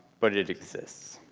but it exists.